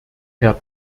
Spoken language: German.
herr